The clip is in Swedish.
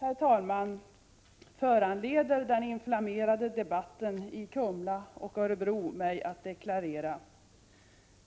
Slutligen föranleder den inflammerade debatten i Kumla och Örebro mig att deklarera: